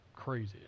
Crazy